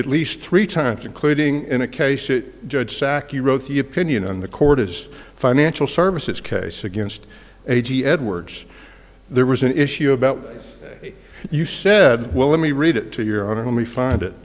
at least three times including in a case that judge sakhi wrote the opinion and the court is financial services case against a g edwards there was an issue about you said well let me read it to your honor when we find it